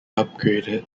upgraded